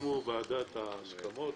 הסכימה ועדת ההסכמות